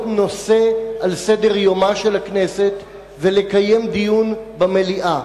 נושא על סדר-יומה של הכנסת ולקיים דיון במליאה.